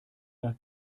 nach